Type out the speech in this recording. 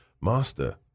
Master